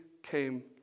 came